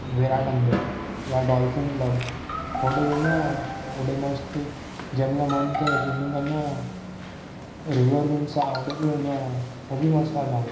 या dolphin club होॾे वेंदो आहियां होॾे मस्त जंहिं महिल मनु थिए स्विमिंग कंदो आहियां रुरल प्रिंटस आहे होॾे बि वेंदो आहियां उहो बि मस्तु आहे जाम